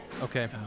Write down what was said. okay